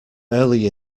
early